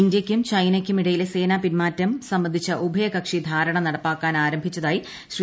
ഇന്ത്യയ്ക്കും ചൈനയ്ക്കും ഇട യിലെ സേനാ പിന്മാറ്റം സംബന്ധിച്ച ഉഭയകക്ഷി ധാരണ നടപ്പാ ക്കാൻ ആരംഭിച്ചതായി ശ്രീ